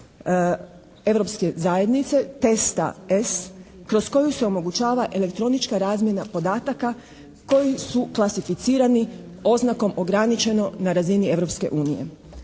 Europske zajednice TSTS kroz koju se omogućava elektronička razmjena podataka koji su klasificirani oznakom ograničeno na razini